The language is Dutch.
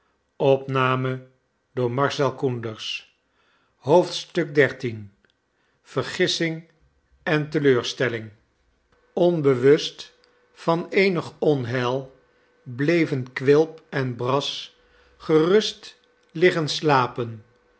en teleurstelling onbewust van eenig onheil bleven quilp en brass gerust liggen slapen